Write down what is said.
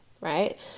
right